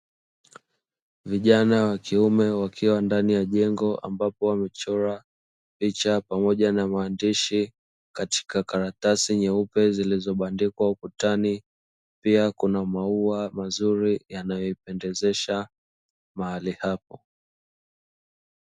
Vijana wa kiume wakiwa ndani ya jengo ambapo wamechora picha pamoja na maandishi katika karatasi nyeupe zilizobandikwa ukutani, pia kuna maua mazuri yanayoipendezesha mahali hapo.